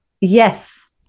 Yes